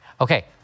okay